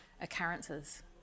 occurrences